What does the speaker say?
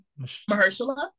mahershala